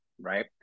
right